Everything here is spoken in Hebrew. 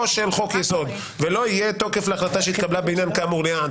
של חוק יסוד ולא יהיה תוקף להחלטה שהתקבלה בעניין כאמור".